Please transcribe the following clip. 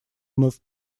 вновь